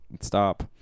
Stop